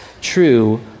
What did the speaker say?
true